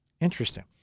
Interesting